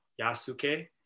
Yasuke